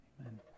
Amen